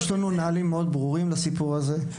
יש לנו נהלים מאוד ברורים בסיפור הזה.